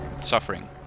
suffering